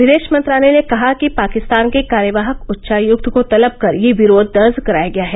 विदेश मंत्रालय ने कहा कि पाकिस्तान के कार्यवाहक उच्चायुक्त को तलब कर यह विरोध दर्ज कराया गया है